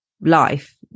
life